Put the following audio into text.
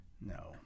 No